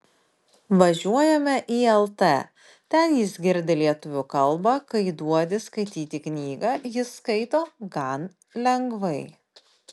važiuojame į lt ten jis girdi lietuvių kalbą kai duodi skaityti knygą jis skaito gan lengvai